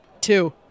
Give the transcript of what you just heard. Two